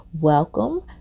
welcome